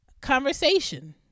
conversation